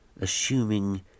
assuming